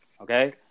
okay